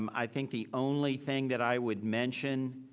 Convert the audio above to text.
um i think the only thing that i would mention,